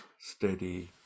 steady